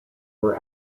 were